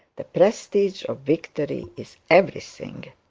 the prestige of victory is everything.